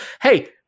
Hey